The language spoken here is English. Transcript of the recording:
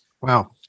Wow